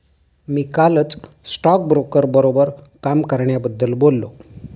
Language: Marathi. मी कालच स्टॉकब्रोकर बरोबर काम करण्याबद्दल बोललो